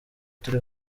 turi